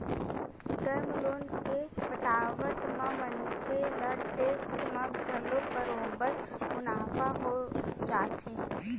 term loan के पटावत म मनखे ल टेक्स म घलो बरोबर मुनाफा हो जाथे